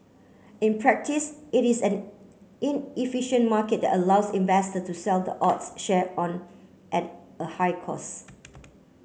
in practice it is an inefficient market allows investor to sell the odds share on at a high cost